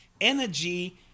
energy